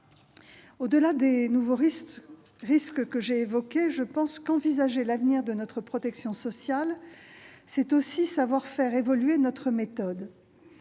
Au-delà des nouveaux risques que j'ai évoqués, je pense qu'envisager l'avenir de notre protection sociale, c'est aussi savoir faire évoluer notre méthode